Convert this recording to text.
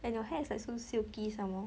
and your hair is like so silky some more